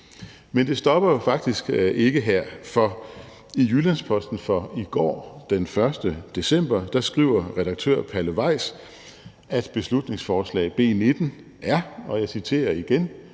Men det stopper jo faktisk ikke her, for i Jyllands-Posten fra i går, den 1. december, skriver redaktør Palle Weis, at beslutningsforslag nr. B 19 er, og jeg citerer igen,